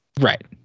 Right